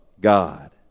God